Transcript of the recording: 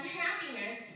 happiness